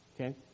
okay